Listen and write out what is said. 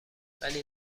ولی